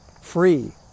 free